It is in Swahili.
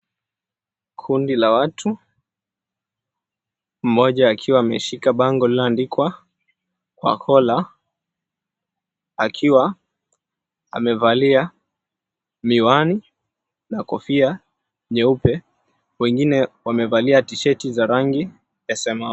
Kundi la watu mmoja akiwa ameshika bango lilioandikwa kwa kola akiwa amevalia miwani na kofia nyeupe wengine wamevalia tisheti za rangi ya samawati.